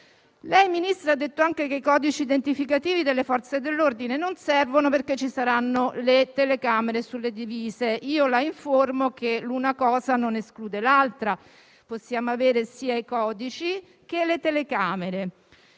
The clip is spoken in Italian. Ministro, lei ha detto anche che i codici identificativi delle Forze dell'ordine non servono perché ci saranno le telecamere sulle divise. La informo che una cosa non esclude l'altra: possiamo avere sia i codici che le telecamere.